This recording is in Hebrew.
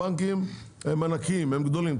הבנקים הם ענקיים, הם גדולים.